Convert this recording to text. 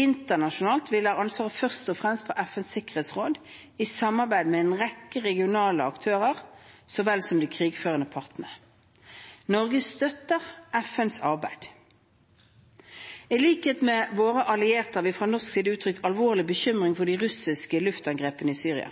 Internasjonalt hviler ansvaret først og fremst på FNs sikkerhetsråd, i samarbeid med en rekke regionale aktører så vel som de krigførende partene. Norge støtter FNs arbeid. I likhet med våre allierte har vi fra norsk side uttrykt alvorlig bekymring for de russiske luftangrepene i Syria.